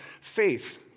Faith